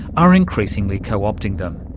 are increasingly co-opting them.